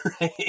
right